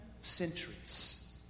centuries